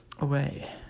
away